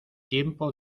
tiempo